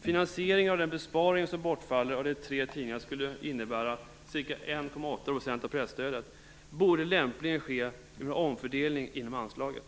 Finansieringen av den besparing som bortfallet av de tre tidningarna skulle innebära, med ca 1,8 % av presstödet, borde lämpligen ske genom en omfördelning inom anslaget.